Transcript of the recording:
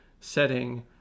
setting